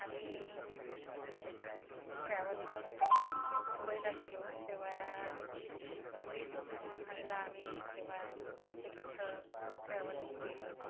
आम्ही ट्रॅव्हलनं मुंबईला गेलो तेव्हा वीस वीस महिला आम्ही जेव्हा एकत्र ट्रॅव्हलिंग केली